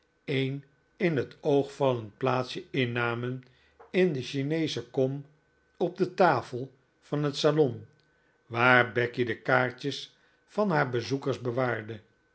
een in het oog vallend plaatsje innamen in de chineesche kom op de tafel van het salon waar becky de kaartjes van haar bezoekers bewaarde